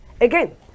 Again